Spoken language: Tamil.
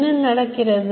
என்ன நடக்கிறது